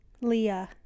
Leah